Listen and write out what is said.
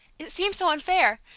it seems so unfair,